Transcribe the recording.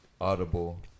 audible